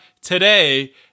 today